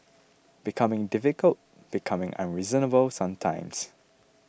becoming difficult becoming unreasonable sometimes